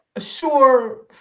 sure